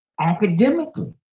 academically